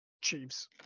Chiefs